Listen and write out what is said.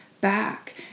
back